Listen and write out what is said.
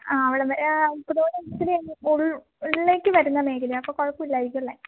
ആ അവിടം വരെ ഉപ്പുതോട് ഇച്ചിരി ഉള്ളിലേക്ക് വരുന്ന മേഖലയാ അപ്പം കുഴപ്പം ഇല്ലായിരിക്കും അല്ലേ